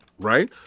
Right